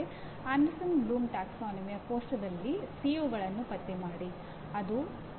ನೀವು ನೋಡಬಹುದು ಅಂತರ್ಜಾಲದಲ್ಲಿ ಸಾಕಷ್ಟು ಸಾಹಿತ್ಯ ಲಭ್ಯವಿದೆ